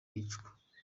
yicwa